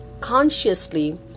consciously